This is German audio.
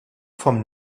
vom